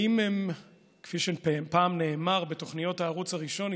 כפי שפעם נאמר בתוכניות הערוץ הראשון,